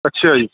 ਅੱਛਾ ਜੀ